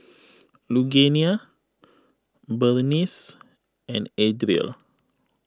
Lugenia Berniece and Adriel